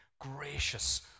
gracious